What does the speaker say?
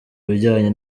bijyanye